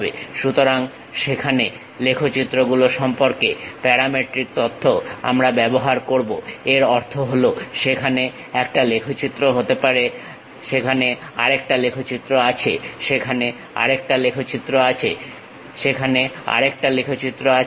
সুতরাং যেখানে লেখচিত্র গুলো সম্পর্কে প্যারামেট্রিক তথ্য আমরা ব্যবহার করব এর অর্থ হলো সেখানে একটা লেখচিত্র হতে পারে সেখানে আরেকটা লেখচিত্র আছে সেখানে আরেকটা লেখচিত্র আছে সেখানে আরেকটা লেখচিত্র আছে